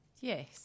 Yes